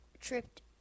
tripped